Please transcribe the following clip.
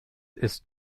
ist